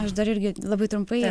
aš dar irgi labai trumpai